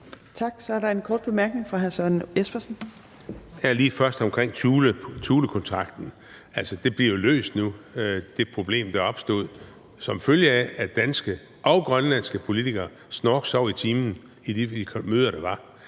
Tak. Så er der en kort bemærkning fra hr. Søren Espersen. Kl. 18:31 Søren Espersen (DF): Lige først omkring Thulekontrakten vil jeg sige, at det problem jo bliver løst nu, altså det problem, der opstod som følge af, at danske og grønlandske politikere snorksov i timen i de møder, der var.